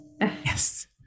Yes